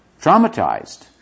Traumatized